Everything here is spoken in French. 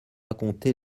raconter